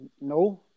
No